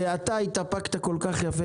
אתה התאפקת כל כך יפה,